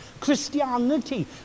Christianity